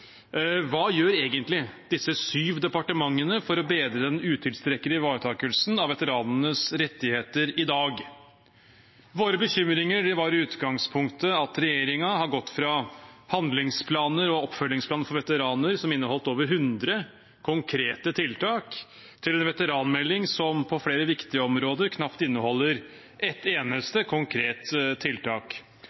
Hva gjør egentlig disse syv departementene for å bedre den utilstrekkelige ivaretakelsen av veteranenes rettigheter i dag? Våre bekymringer var i utgangspunktet at regjeringen har gått fra handlingsplaner og oppfølgingsplanen for veteraner, som inneholdt over 100 konkrete tiltak, til en veteranmelding som på flere viktige områder knapt inneholder ett eneste konkret tiltak,